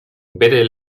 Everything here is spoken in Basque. bere